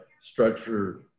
structure